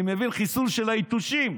אני מבין שחיסול של היתושים.